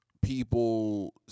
people